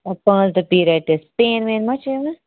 پانژھ دۄہ پیرڈس پین وین ما چھِ أمِس